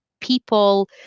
people